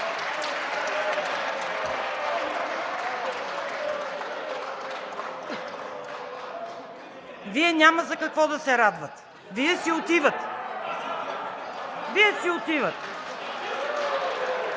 Вие няма за какво да се радвате, Вие си отивате. Вие си отивате!